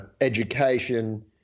education